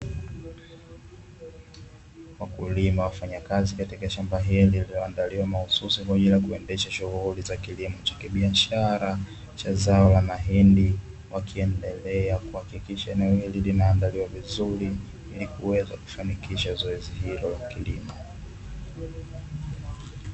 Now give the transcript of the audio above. Wakulima, wafanyakazi katika shamba hili lililoandaliwa mahususi, kwa ajili ya kuendesha shughuli za kilimo cha kibiashara, cha zao la mahindi wakiendelea kuhakikisha eneo hili linaandaliwa vizuri, ili kuweza kufanikisha zoezi hilo la kilimo.